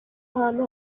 ahantu